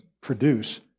produce